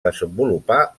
desenvolupar